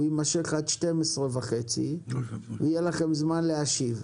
הוא יימשך עד 12:30 ויהיה לכם זמן להשיב.